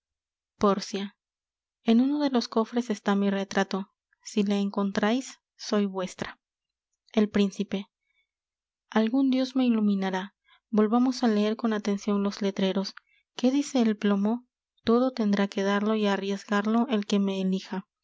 pórcia en uno de los cofres está mi retrato si le encontrais soy vuestra el príncipe algun dios me iluminará volvamos á leer con atencion los letreros qué dice el plomo todo tendrá que darlo y arriesgarlo el que me elija